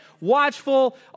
watchful